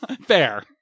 fair